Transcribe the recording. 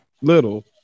little